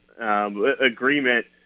agreement